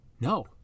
No